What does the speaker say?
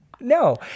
No